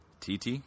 TT